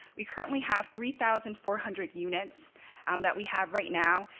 we currently have three thousand four hundred units um that we have right now,